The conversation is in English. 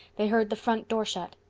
they heard the front door shut.